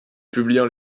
publiant